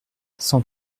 cent